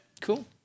Cool